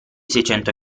seicento